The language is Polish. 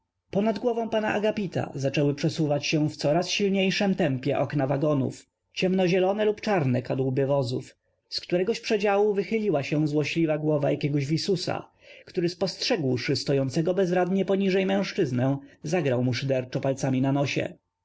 a g ap ita zaczęły przesuw ać się w coraz silniejszem tem pie okna w agonów ciem no zielone lub czarne kadłuby w o z ó w z któregoś przedziału wychyliła się złośliwa głow a jakiegoś w isusa któ ry spostrzegłszy stojącego bezradnie poniżej mężczyznę za g rał mu szyderczo palcam i na nosie